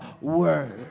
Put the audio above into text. word